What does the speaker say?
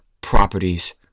properties